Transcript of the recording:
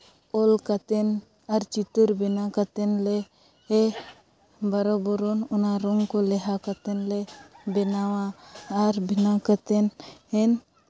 ᱚᱞ ᱠᱟᱛᱮᱫ ᱟᱨ ᱪᱤᱛᱟᱹᱨ ᱵᱮᱱᱟᱣ ᱠᱟᱛᱮᱫ ᱞᱮ ᱵᱟᱨᱚ ᱵᱚᱨᱚᱱ ᱚᱱᱟ ᱨᱚᱝ ᱠᱚ ᱞᱮᱣᱦᱟ ᱠᱟᱛᱮᱫ ᱞᱮ ᱵᱮᱱᱟᱣᱟ ᱟᱨ ᱵᱮᱱᱟᱣ ᱠᱟᱛᱮᱫ